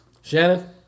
Shannon